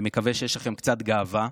אני מקווה שיש לכם קצת גאווה,